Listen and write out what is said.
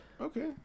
Okay